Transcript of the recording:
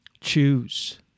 Choose